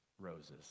roses